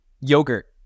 Yogurt